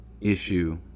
issue